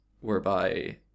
whereby